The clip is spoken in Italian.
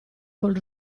col